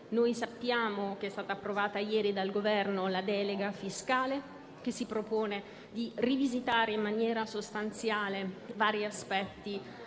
Sappiamo che è stata approvata ieri dal Governo la delega fiscale, che si propone di rivisitare in maniera sostanziale vari aspetti